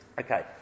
Okay